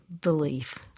belief